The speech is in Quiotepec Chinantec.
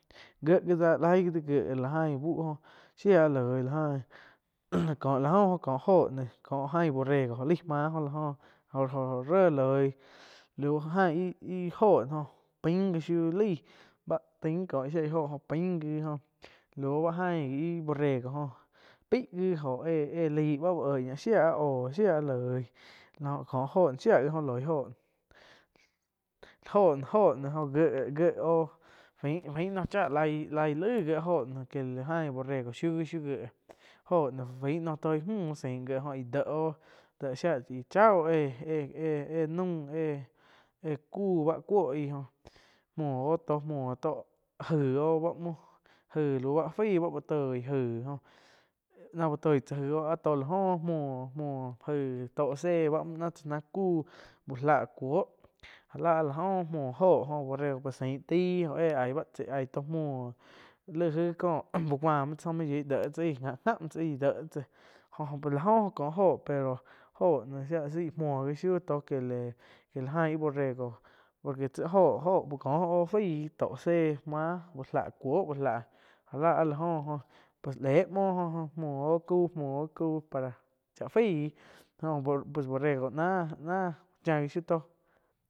Gie gi da laig gi gie la ian bú shia gi loi gie gi da laig gi gie la ain bú oh shái loi la ain có la oh jó nó có ain borrego jo lai máh oh la jo óh jo-jo ré loi ain íh-íh óho no jó pain gí shiuh báh tain có íh shieh jó pain gi oh lau bá ain íh borrego óh pai gi oh éh-éh laih bá úh oig ñá shia oh shía loíh kó jó shía loi jóh óho-óho no jíe-jíe fain-fain noh cháh laí-laí lai gie óh ké la ain borrego shiu gíh shiu gíe óho noh fain toih mjuh sain oh gie deh óh déh shia ti gie cháh óh éh-éh-éh naúm éh, éh kúh báh kuo aíh óh muoh óh tóh. Aig óh aih ai lau bá fai úh toi aig náh uh toih tsá aih áh tóh la oh muo-muo aig tó sé báh muo náh tsá náh kú úh láh kuo já la áh la oh jó oh borrego pues sain tai oh éh ain báh chai muo laig ain kó úh kua muoh tsá aih main yoih déh tsá aih náh gá muo tsá aih déh tsá jó-jó pe la óho pero óho noh shia la zaih mhuo gi yiu tóh que le ain íh borrego por que tsi óho uh ko oh fai to sé máh úh lá cuoh úh láh já láh áh lo oh pues léh muo jo-jo muoh oh cau muoh cau para cháh faíh jó pues borrego na-na chá gi tó.